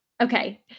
Okay